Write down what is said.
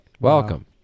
welcome